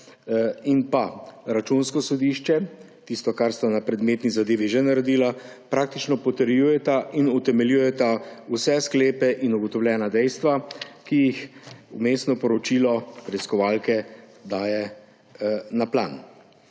in računsko sodišče, kar sta na predmetni zadevi že naredili, praktično potrjujeta in utemeljujeta vse sklepe in ugotovljena dejstva, ki jih vmesno poročilo preiskovalke daje na plan.